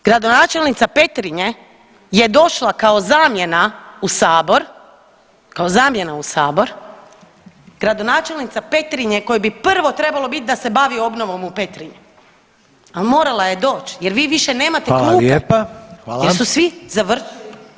Gradonačelnica Petrinje je došla kao zamjena u sabor, kao zamjena u sabor, gradonačelnica Petrinje kojoj bi prvo trebalo bit da se bavi obnovom u Petrinji, a morala je doć jer vi više nemate klupe [[Upadica Reiner: Hvala lijepa.]] jer su svi završili